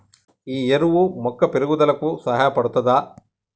ఈ ఎరువు మొక్క పెరుగుదలకు సహాయపడుతదా?